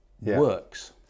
works